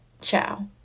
Ciao